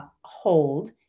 hold